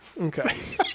Okay